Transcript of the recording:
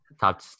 top